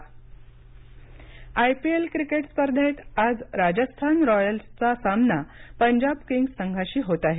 I P L IPL cricket स्पर्धेत आज राजस्थान रॉयल्सचा सामना पंजाब किंग्स संघाशी होत आहे